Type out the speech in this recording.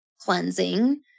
cleansing